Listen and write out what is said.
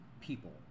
people